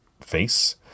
face